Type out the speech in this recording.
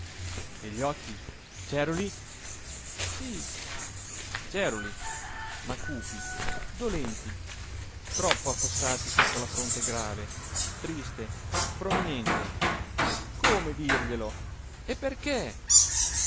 e gli occhi ceruli sì ceruli ma cupi dolenti troppo affossati sotto la fronte grave triste prominente come dirglielo e perché